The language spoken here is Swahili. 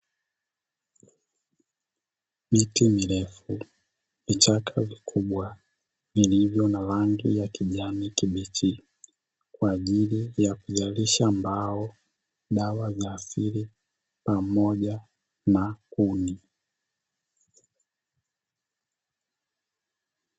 Miti mirefu, vichaka vikubwa vilivyo na rangi ya kijani kibichi kwa ajili ya kuzalisha mbao, dawa za asili pamoja na kuni.